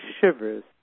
Shivers